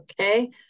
Okay